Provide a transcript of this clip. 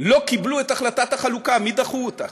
לא קיבלו את החלטת החלוקה, מי דחו אותה.